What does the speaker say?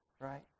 right